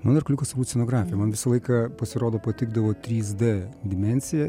mano arkliukas turbūt scenografija man visą laiką pasirodo patikdavo trys d dimensija